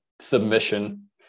submission